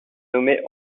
nommée